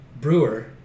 Brewer